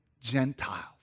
Gentiles